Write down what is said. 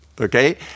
Okay